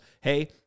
hey